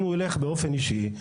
אם הוא יילך באופן אישי,